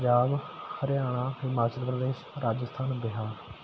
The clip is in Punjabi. ਪੰਜਾਬ ਹਰਿਆਣਾ ਹਿਮਾਚਲ ਪ੍ਰਦੇਸ਼ ਰਾਜਸਥਾਨ ਬਿਹਾਰ